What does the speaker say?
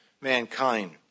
mankind